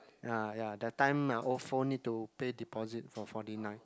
ya ya that time my Ofo need to pay deposit for forty nine